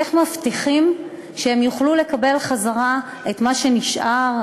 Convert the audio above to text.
איך מבטיחים שהם יוכלו לקבל חזרה את מה שנשאר,